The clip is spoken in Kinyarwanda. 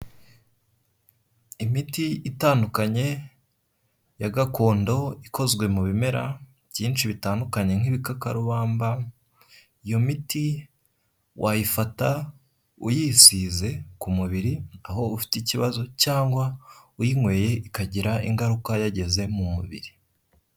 Imiti itandukanye ya gakondo, ikozwe mu bimera byinshi bitandukanye nk'ibikakarubamba, iyo miti wayifata uyisize ku mubiri, aho ufite ikibazo cyangwa uyinyweye, ikagira ingaruka yageze mu mubiri.